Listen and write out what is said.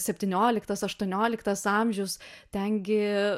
septynioliktas aštuonioliktas amžius ten gi